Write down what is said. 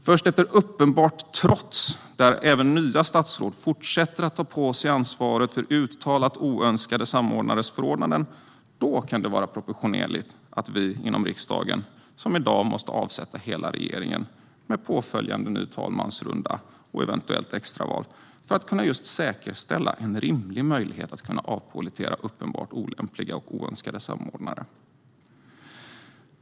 Först efter uppenbart trots, där även nya statsråd fortsätter att ta på sig ansvaret för uttalat oönskade samordnares förordnanden, kan det vara proportionerligt att vi inom riksdagen som i dag måste avsätta hela regeringen, med påföljande ny talmansrunda och eventuellt extra val, för att kunna säkerställa en rimlig möjlighet att kunna avpollettera uppenbart olämpliga och oönskade samordnare.